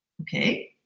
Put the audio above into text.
Okay